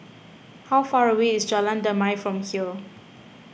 how far away is Jalan Damai from here